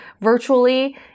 virtually